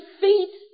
feet